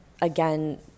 Again